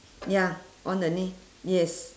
ya on the knee yes